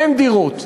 אין דירות.